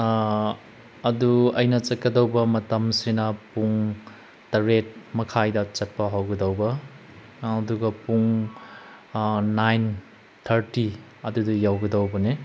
ꯑꯗꯨ ꯑꯩꯅ ꯆꯠꯀꯗꯧꯕ ꯃꯇꯝꯁꯤꯅ ꯄꯨꯡ ꯇꯔꯦꯠ ꯃꯈꯥꯏꯗ ꯆꯠꯄ ꯍꯧꯒꯗꯧꯕ ꯑꯗꯨꯒ ꯄꯨꯡ ꯅꯥꯏꯟ ꯊꯥꯔꯇꯤ ꯑꯗꯨꯗ ꯌꯧꯒꯗꯧꯕꯅꯤ